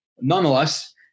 Nonetheless